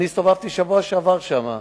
בשבוע שעבר הסתובבתי שם.